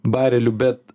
barelių bet